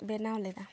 ᱵᱮᱱᱟᱣ ᱞᱮᱫᱟ